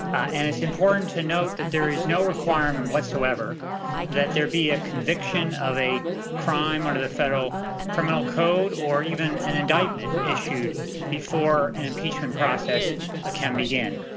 ah and it's important to note that there is no requirement whatsoever that there be a conviction of a crime under the federal criminal code, or even an indictment issued before an impeachment process can begin.